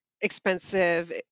expensive